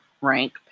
rank